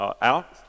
out